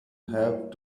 have